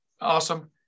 awesome